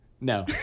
No